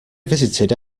visited